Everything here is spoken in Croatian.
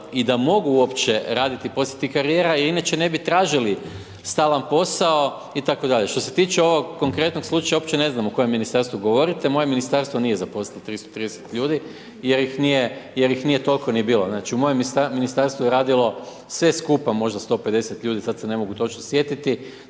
i da mogu uopće raditi poslije tih karijera, inače ne bi tražili stalan posao itd. Što se tiče ovog konkretnog slučaja, uopće ne znam o kojem ministarstvu govorite, moje ministarstvo nije zaposlilo 330 ljude, jer ih nije toliko ni bilo. Znači u mojem ministarstvu je radilo sve skupa možda 150 ljudi, sada se ne mogu točno sjetiti,